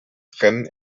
rennen